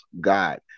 God